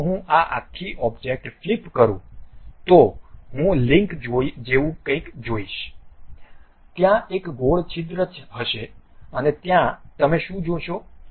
જો હું આ આખી ઓબ્જેક્ટ ફ્લિપ કરું તો હું લિંક જેવું કંઈક જોઈશ ત્યાં એક ગોળ છિદ્ર હશે અને ત્યાં તમે શું જુઓ છો